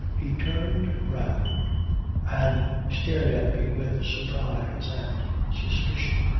he turned round and stared at me with surprise and suspicion.